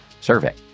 survey